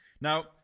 Now